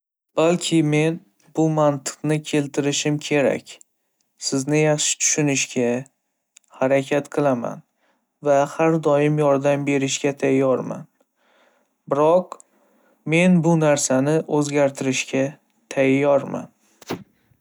Balki men bu mantiqni keltirishim kerak. Sizni yaxshi tushunishga harakat qilaman va har doim yordam berishga tayyorman. Biroq, men bu narsani o'zgartirishga tayyorman.